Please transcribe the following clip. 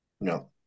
No